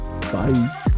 bye